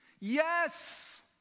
Yes